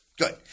Good